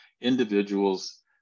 individuals